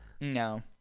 No